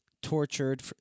Tortured